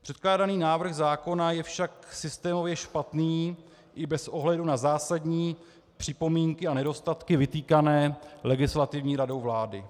Předkládaný návrh zákona je však systémově špatný i bez ohledu na zásadní připomínky a nedostatky vytýkané Legislativní radou vlády.